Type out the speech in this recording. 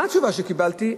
מה התשובה שקיבלתי?